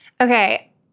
Okay